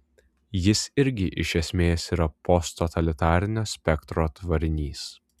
jis irgi iš esmės yra posttotalitarinio spektro tvarinys